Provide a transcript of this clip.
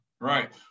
right